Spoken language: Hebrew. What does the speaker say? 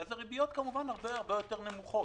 אז הריביות כמובן הרבה יותר נמוכות.